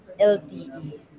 LTE